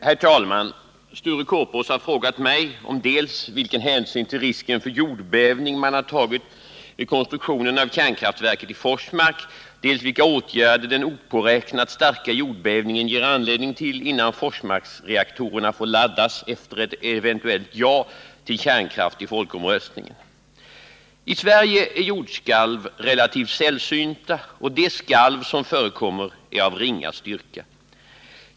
Herr talman! Sture Korpås har frågat mig dels vilken hänsyn till risken för jordbävning man har tagit vid konstruktionen av kärnkraftverket i Forsmark, dels vilka åtgärder den opåräknat starka jordbävningen ger anledning till innan Forsmarksreaktorerna får laddas efter ett eventuellt ja till kärnkraft i folkomröstningen. I Sverige är jordskalv relativt sällsynta, och de skalv som förekommer är av ringa styrka.